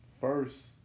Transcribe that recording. first